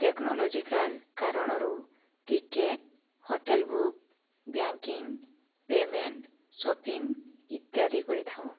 technological କାରଣରୁ ticket hotel book banking payment shopping ଇତ୍ୟାଦି କରିଥାଉ